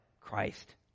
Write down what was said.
Christ